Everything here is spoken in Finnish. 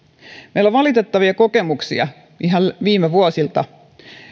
meillä on valitettavia kokemuksia ihan viime vuosilta